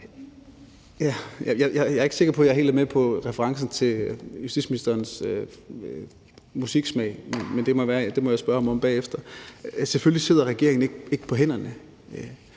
Jeg er ikke sikker på, at jeg helt er med på referencen til justitsministerens musiksmag, men det må jeg spørge ham om bagefter. Selvfølgelig sidder regeringen ikke på hænderne.